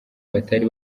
batari